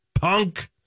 punk